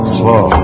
slow